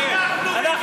18. כשבאתם לתקן את החוק,